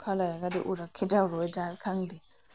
ꯈꯔ ꯂꯩꯔꯒꯗꯤ ꯎꯔꯛꯈꯤꯗ꯭ꯔꯥ ꯎꯔꯛꯑꯣꯏꯗ꯭ꯔꯥ ꯈꯪꯗꯦ